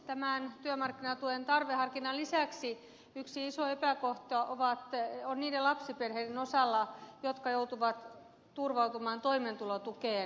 tämän työmarkkinatuen tarveharkinnan lisäksi yksi iso epäkohta on niiden lapsiperheiden osalla jotka joutuvat turvautumaan toimeentulotukeen